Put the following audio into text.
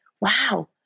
wow